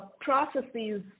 processes